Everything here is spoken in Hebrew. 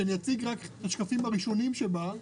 שאציג רק את השקפים הראשונים שבה.